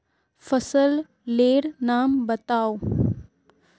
फसल लेर नाम बाताउ?